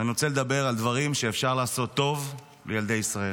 אני רוצה לדבר על דברים שאפשר לעשות טוב לילדי ישראל.